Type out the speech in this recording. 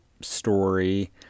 story